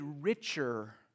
richer